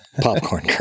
popcorn